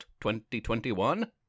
2021